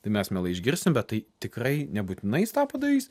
tai mes mielai išgirsim bet tai tikrai nebūtinai jis tą padarys